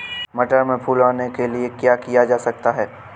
मटर में फूल आने के लिए क्या किया जा सकता है?